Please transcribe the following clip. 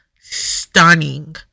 stunning